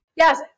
Yes